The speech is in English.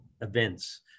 events